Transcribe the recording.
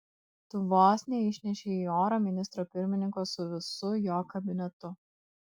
tu vos neišnešei į orą ministro pirmininko su visu jo kabinetu